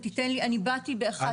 תן לי, באתי ב-11:00.